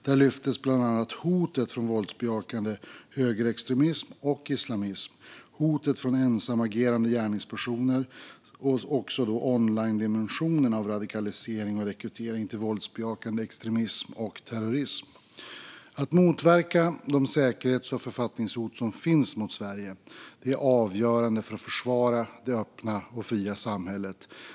Där lyftes bland annat hotet från våldsbejakande högerextremism och islamism, hotet från ensamagerande gärningspersoner samt onlinedimensionen av radikalisering och rekrytering till våldsbejakande extremism och terrorism fram. Att motverka de säkerhets och författningshot som finns mot Sverige är avgörande för att försvara det öppna och fria samhället.